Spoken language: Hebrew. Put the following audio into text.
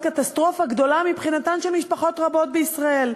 קטסטרופה גדולה מבחינתן של משפחות רבות בישראל.